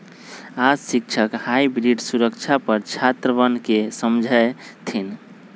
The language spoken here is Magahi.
आज शिक्षक हाइब्रिड सुरक्षा पर छात्रवन के समझय थिन